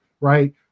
right